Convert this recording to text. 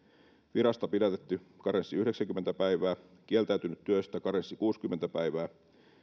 virasta pidätetty karenssi yhdeksänkymmentä päivää kieltäytynyt työstä karenssi kuusikymmentä päivää